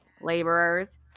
laborers